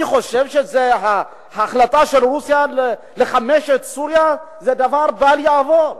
אני חושב שההחלטה של רוסיה לחמש את סוריה זה דבר בל יעבור.